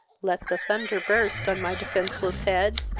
let the thunder burst on my defenceless head,